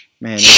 Man